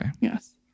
Yes